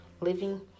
living